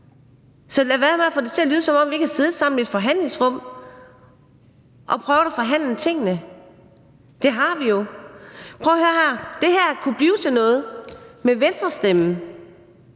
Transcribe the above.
Så lad være med at få det til at lyde, som om vi ikke har siddet sammen i et forhandlingsrum og prøvet at forhandle om tingene. Det har vi jo. Prøv at høre her: Det her kunne blive til noget med Venstres stemmer.